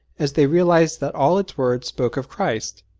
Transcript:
as they realized that all its words spoke of christ!